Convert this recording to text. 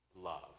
love